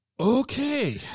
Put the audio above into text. Okay